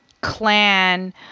clan